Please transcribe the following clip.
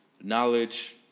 knowledge